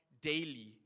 daily